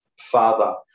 father